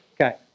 Okay